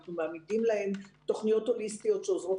אנחנו מעמידים להם תוכניות הוליסטיות שעוזרות